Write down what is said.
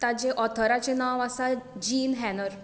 ताचे ऑथराचें नांव आसा जीन हेनर